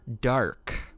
dark